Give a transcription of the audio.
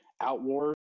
Outward